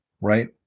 right